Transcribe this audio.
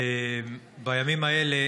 בימים האלה